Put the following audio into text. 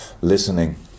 Listening